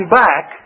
back